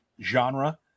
genre